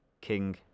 King